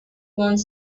want